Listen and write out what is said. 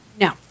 No